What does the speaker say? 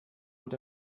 und